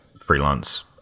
freelance